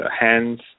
hands